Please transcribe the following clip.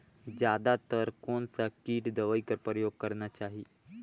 जादा तर कोन स किट दवाई कर प्रयोग करना चाही?